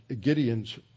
Gideon's